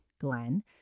Glenn